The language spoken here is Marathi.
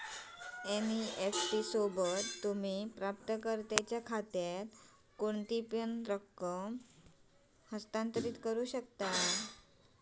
एन.इ.एफ.टी सोबत, तुम्ही प्राप्तकर्त्याच्यो खात्यात कोणतापण रक्कम हस्तांतरित करू शकता